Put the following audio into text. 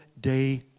day